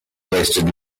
wasted